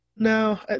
No